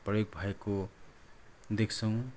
प्रयोग भएको देख्छौँ